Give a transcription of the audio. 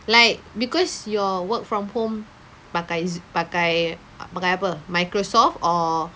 like because your work from home pakai Zoo~ pakai pakai apa Microsoft or